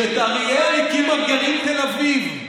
שאת אריאל הקים גרעין תל אביב.